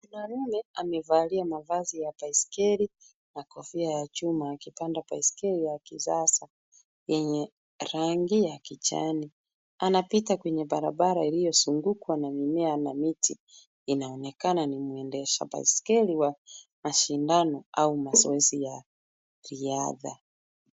Kijana yule amevalia mavazi ya baiskeli na kofia ya chuma akipanda baiskeli ya kisasa yenye rangi ya kijani. Anapita kwenye barabara iliyozungukwa na mimea na miti. Inaonekana ni mwendesha baiskeli wa mashindano au mazoezi ya riadha.